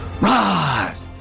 rise